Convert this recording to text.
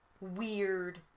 weird